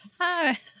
Hi